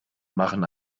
machen